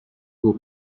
było